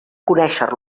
conéixer